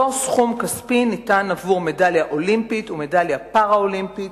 כאשר אותו סכום כספי ניתן עבור מדליה אולימפית ומדליה פראלימפית